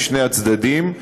משני הצדדים.